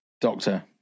Doctor